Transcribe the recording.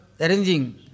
arranging